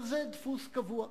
זה דפוס קבוע.